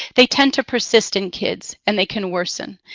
they tend to persist in kids. and they can worsen,